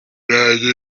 nanjye